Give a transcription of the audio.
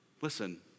Listen